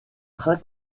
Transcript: trains